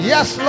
Yes